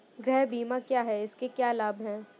गृह बीमा क्या है इसके क्या लाभ हैं?